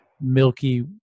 milky